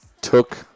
took